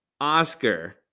Oscar